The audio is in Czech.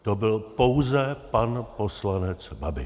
To byl pouze pan poslanec Babiš.